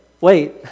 wait